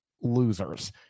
losers